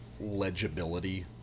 legibility